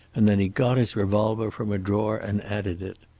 and then he got his revolver from a drawer and added it.